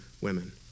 women